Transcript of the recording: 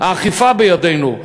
האכיפה בידינו,